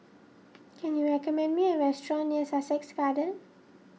can you recommend me a restaurant near Sussex Garden